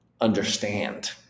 understand